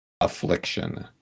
affliction